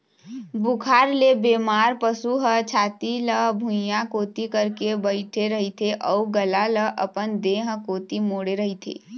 बुखार ले बेमार पशु ह छाती ल भुइंया कोती करके बइठे रहिथे अउ गला ल अपन देह कोती मोड़े रहिथे